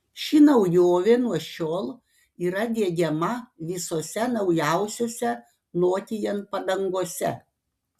ši naujovė nuo šiol yra diegiama visose naujausiose nokian padangose